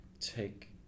take